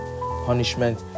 punishment